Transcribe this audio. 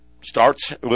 starts